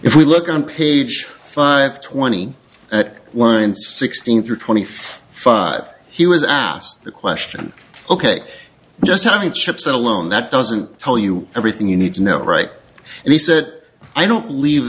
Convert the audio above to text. if we look on page five twenty one sixteen through twenty five he was asked the question ok just how it ships alone that doesn't tell you everything you need to know right and he said i don't believe